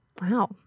Wow